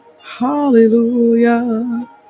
Hallelujah